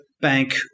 bank